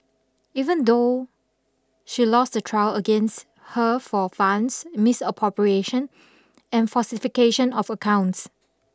even though she lost the trial against her for funds misappropriation and falsification of accounts